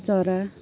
चरा